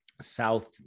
South